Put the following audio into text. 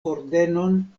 ordenon